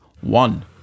one